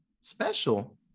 special